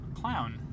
clown